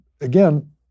again